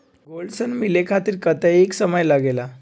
Gold ऋण मिले खातीर कतेइक समय लगेला?